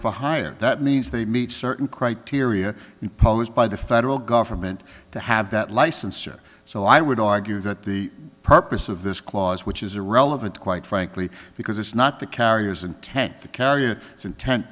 for hire that means they meet certain criteria imposed by the federal government to have that license or so i would argue that the purpose of this clause which is irrelevant quite frankly because it's not the carriers intent to carry it it's intent